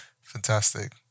fantastic